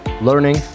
learning